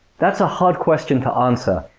that's a hard question to answer,